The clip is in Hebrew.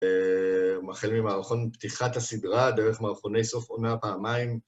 החל ממערכון פתיחת הסדרה, דרך מערכוני סוף עונה פעמיים.